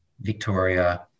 Victoria